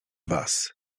was